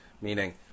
Meaning